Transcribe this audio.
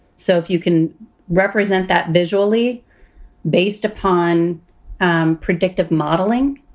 so if you can represent that visually based upon um predictive modeling.